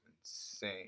insane